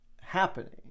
happening